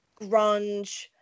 grunge